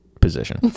position